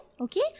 okay